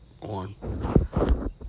one